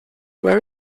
well